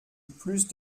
plus